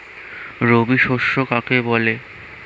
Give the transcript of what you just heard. রবি শস্য কাকে বলে?